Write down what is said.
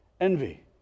envy